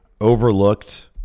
overlooked